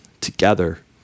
together